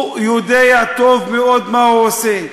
הוא יודע טוב מאוד מה הוא עושה.